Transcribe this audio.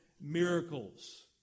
miracles